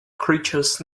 creatures